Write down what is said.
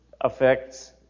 affects